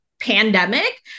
pandemic